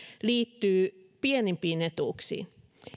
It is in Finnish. liittyvät pienimpiin etuuksiin